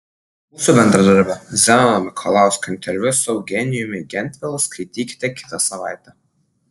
mūsų bendradarbio zenono mikalausko interviu su eugenijumi gentvilu skaitykite kitą savaitę